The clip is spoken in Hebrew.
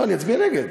לא, אני אצביע נגד.